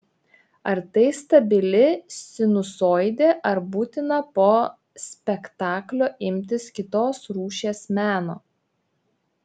ar tai stabili sinusoidė ar būtina po spektaklio imtis kitos rūšies meno